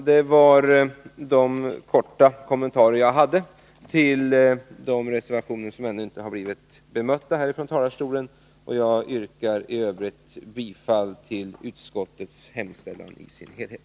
Det var de korta kommentarer jag hade till de reservationer som ännu inte har debatterats. Jag yrkar bifall till utskottets hemställan i dess helhet.